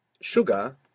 Sugar